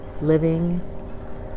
Living